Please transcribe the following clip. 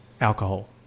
alcohol